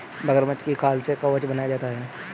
मगरमच्छ की खाल से कवच बनाया जाता है